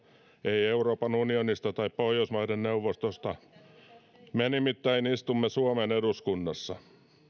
euroopan unionista eikä pohjoismaiden neuvostosta me nimittäin istumme suomen eduskunnassa